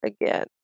again